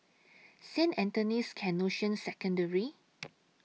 Saint Anthony's Canossian Secondary